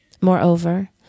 Moreover